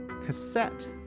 cassette